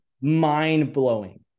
mind-blowing